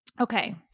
Okay